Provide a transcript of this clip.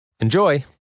Enjoy